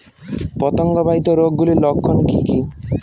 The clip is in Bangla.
পতঙ্গ বাহিত রোগ গুলির লক্ষণ কি কি?